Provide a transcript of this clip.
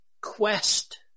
quest